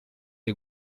the